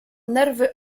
nerwy